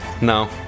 No